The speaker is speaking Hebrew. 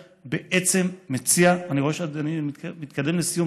בעצם מציע" אני רואה שאני מתקדם לסיום,